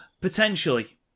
Potentially